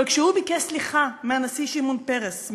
אבל כשהוא ביקש סליחה מהנשיא שמעון פרס,